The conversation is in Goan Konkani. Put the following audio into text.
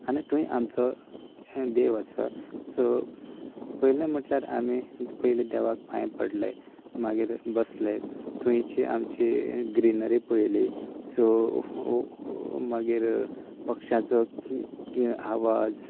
आनी थंय आमचो हें देव आसा सो पयले म्हणल्यार आमी पयली देवाक पायां पडले मागीर बसले थंयची आमची ग्रिनरी पयली सो हो हो मागीर पक्ष्यांचो आवाज